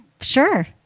Sure